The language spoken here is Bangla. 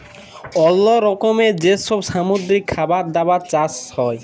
অল্লো রকমের যে সব সামুদ্রিক খাবার দাবার চাষ হ্যয়